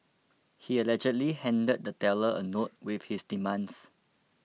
he allegedly handed the teller a note with his demands